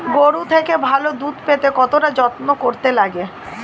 গরুর থেকে ভালো দুধ পেতে কতটা যত্ন করতে লাগে